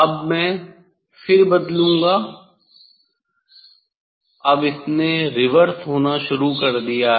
अब मैं फिर बदलूंगा अब इसने रिवर्स होना शुरू कर दिया है